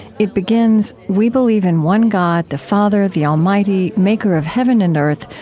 it begins, we believe in one god, the father, the almighty, maker of heaven and earth,